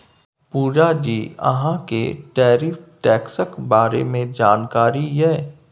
पुजा जी कि अहाँ केँ टैरिफ टैक्सक बारे मे जानकारी यै?